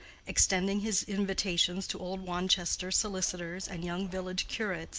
extending his invitations to old wanchester solicitors and young village curates,